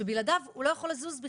שבלעדיו הוא לא יכול לזוז,